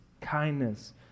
kindness